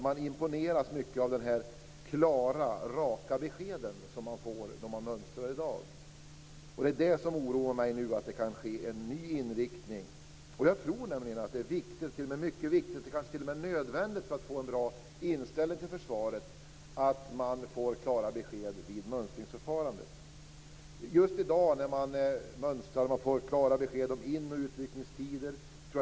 Man imponeras av de klara och raka besked som ges vid mönstringen i dag. Det som oroar mig är att det kan bli en ny inriktning. Det är viktigt, kanske t.o.m. nödvändigt, för att få en bra inställning till försvaret att man får klara besked vid mönstringsförfarandet. I dag får man klara besked om in och utryckningstider vid mönstringen.